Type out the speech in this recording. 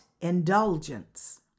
indulgence